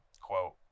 quote